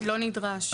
לא נדרש.